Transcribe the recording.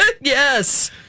Yes